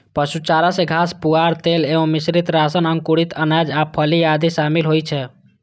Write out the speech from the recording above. पशु चारा मे घास, पुआर, तेल एवं मिश्रित राशन, अंकुरित अनाज आ फली आदि शामिल होइ छै